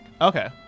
Okay